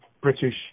British